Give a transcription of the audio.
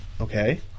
Okay